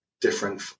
different